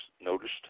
noticed